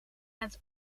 het